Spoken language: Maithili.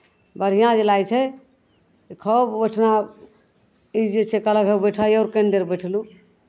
बढ़िआँ जे लागै छै खूब ओहिठिना ई जे छै कहलक भाय बैठह यौ तऽ तनी देर बैठलहुँ